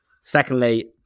Secondly